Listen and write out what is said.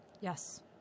Yes